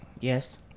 Yes